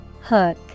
Hook